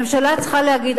ממשלה צריכה להגיד,